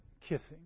kissing